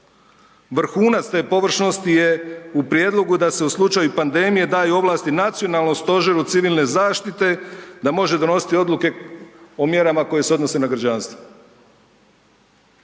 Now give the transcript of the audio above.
Vrhunac te površnosti je u prijedlogu da se u slučaju pandemije daju ovlasti Nacionalnom stožeru civilne zaštite da može donositi odluke o mjerama koje se odnose na građanstvo.